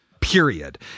period